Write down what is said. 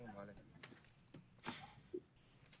בבקשה.